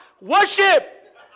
worship